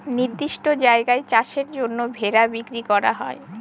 নির্দিষ্ট জায়গায় চাষের জন্য ভেড়া বিক্রি করা হয়